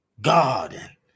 God